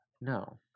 No